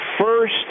first